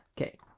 Okay